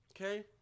okay